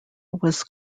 was